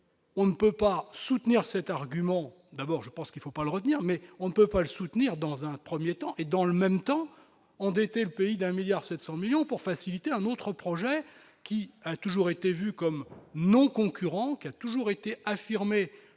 On ne peut pas soutenir cet argument, d'abord, je pense qu'il faut pas le retenir, mais on ne peut pas le soutenir dans un 1er temps et dans le même temps endetter le pays d'un milliard 700 millions pour faciliter un autre projet qui a toujours été vue comme nos concurrents qui a toujours été affirmée